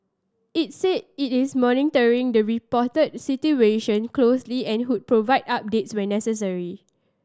it said it is monitoring the reported situation closely and would provide updates when necessary